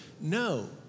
No